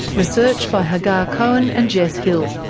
research by hagar cohen and jess hill,